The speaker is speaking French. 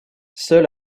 seul